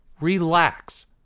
Relax